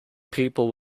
people